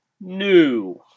new